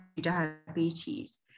diabetes